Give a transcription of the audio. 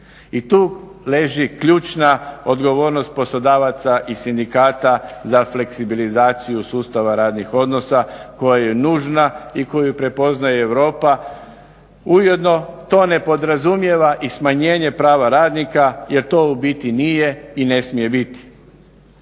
I tu leži ključna odgovornost poslodavaca i sindikata za fleksibilizaciju sustava radnih odnosa koja je nužna i koju prepoznaje Europa. Ujedno to ne podrazumijeva i smanjenje prava radnika jer to u biti nije i ne smije biti.